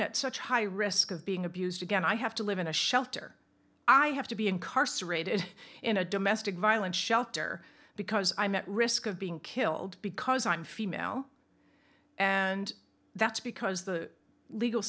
at such high risk of being abused again i have to live in a shelter i have to be incarcerated in a domestic violence shelter because i met risk of being killed because i'm female and that's because the legal